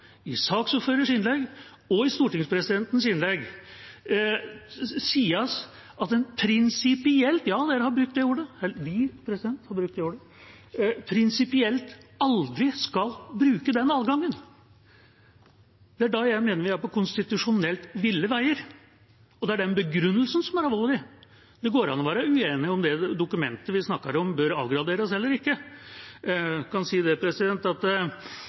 i saksordførerens innlegg og i stortingspresidentens innlegg sies at en prinsipielt – de har brukt det ordet – aldri skal bruke den adgangen. Det er da jeg mener vi er på konstitusjonelt ville veier, og det er den begrunnelsen som er alvorlig. Det går an å være uenige om hvorvidt det dokumentet vi snakker om, bør avgraderes eller ikke. Jeg kan si at i det